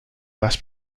less